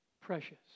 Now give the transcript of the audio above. precious